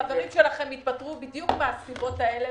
חברים שלכם התפטרו בדיוק מהסיבות האלה,